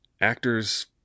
Actors